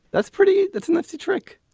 that's pretty. that's not to trick